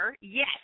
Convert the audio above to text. Yes